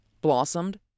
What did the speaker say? blossomed